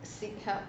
seek help